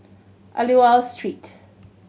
Aliwal Street